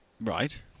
right